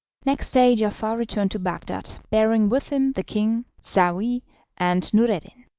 next day giafar returned to bagdad, bearing with him the king, saouy, and noureddin.